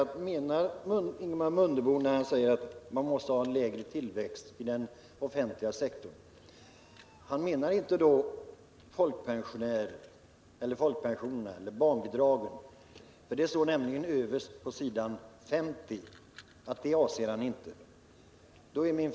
Ingemar Mundebo säger att den offentliga sektorns tillväxt måste minska. Överst på s. 50 står dock inte att han avser att sänka folkpensionerna eller barnbidragen.